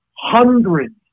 hundreds